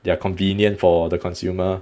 they are convenient for the consumer